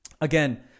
again